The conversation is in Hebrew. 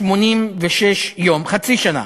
186 יום, חצי שנה.